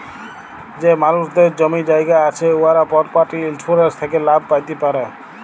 যে মালুসদের জমি জায়গা আছে উয়ারা পরপার্টি ইলসুরেলস থ্যাকে লাভ প্যাতে পারে